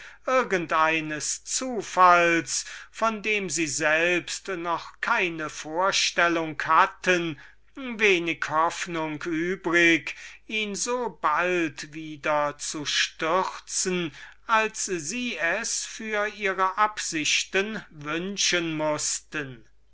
zufalls von dem sie selbst noch keine vorstellung hatten wenig hoffnung übrig ihn so bald wieder zu stürzen als sie es für ihre privat absichten wünschen mochten